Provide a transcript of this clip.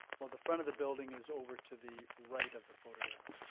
well, the front of the building is over to the right of the photograph,